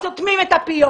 אתם סותמים את הפיות.